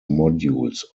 modules